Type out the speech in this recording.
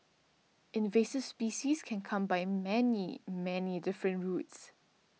invasive species can come by many many different routes